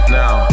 now